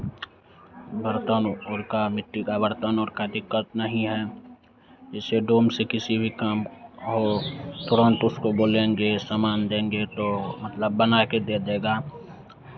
बर्तन और का मिट्टी का बर्तन और का दिक्कत नहीं है जैसे डोम से किसी भी काम हो तुरन्त उसको बोलेंगे समान देंगे तो मतलब बना के दे देगा